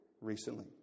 recently